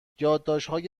یادداشتهای